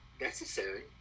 necessary